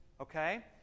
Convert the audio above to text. okay